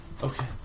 Okay